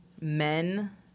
Men